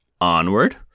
Onward